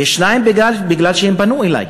2. הם פנו אלי,